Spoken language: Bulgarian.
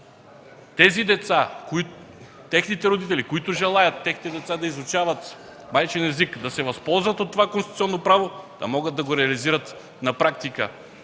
за да може родителите, които желаят техните деца да изучават майчин език, да се възползват от това конституционно право, да могат да го реализират на практика.